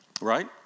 right